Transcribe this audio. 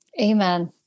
Amen